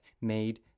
made